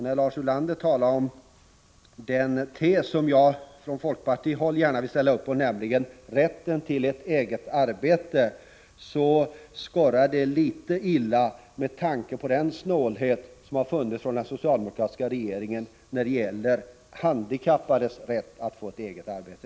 När Lars Ulander talade om den tes som jag från folkpartihåll gärna ville ställa upp för, nämligen rätten till ett eget arbete, skorrade det litet illa med tanke på den snålhet som visats från den socialdemokratiska regeringen när det gäller att tillgodose handikappades rätt att få ett eget arbete.